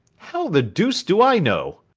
how the deuce do i know?